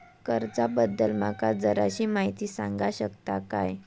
कर्जा बद्दल माका जराशी माहिती सांगा शकता काय?